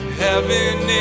heaven